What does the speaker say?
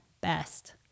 best